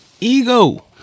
Ego